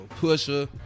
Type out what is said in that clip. Pusha